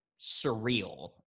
surreal